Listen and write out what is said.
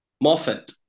Moffat